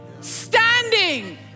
standing